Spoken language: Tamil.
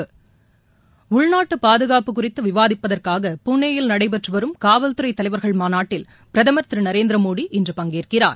புனேயில் உள்நாட்டுபாதுகாப்பு குறித்துவிவாதிப்பதற்காக நடைபெற்றுவரும் காவல்துறைதலைவர்கள் மாநாட்டில் பிரதமர் திருநரேந்திரமோடி இன்று பங்கேற்கிறார்